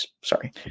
Sorry